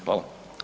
Hvala.